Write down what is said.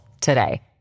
today